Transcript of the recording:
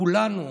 כולנו